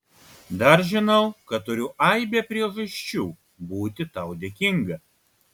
dar žinau kad turiu aibę priežasčių būti tau dėkinga